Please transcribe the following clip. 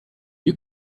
you